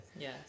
yes